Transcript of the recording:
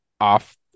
off